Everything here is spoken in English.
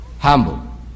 humble